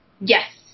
Yes